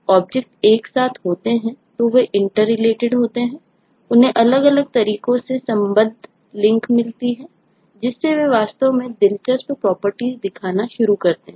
objects दिखाना शुरू करते हैं